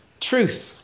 Truth